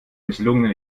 misslungenen